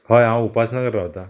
हय हांव उपासनगर रावतां